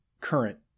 current